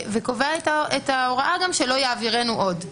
וקובע גם את ההוראה שלא יעבירנו עוד,